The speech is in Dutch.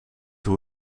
hoe